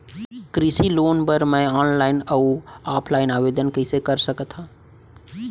कृषि लोन बर मैं ऑनलाइन अऊ ऑफलाइन आवेदन कइसे कर सकथव?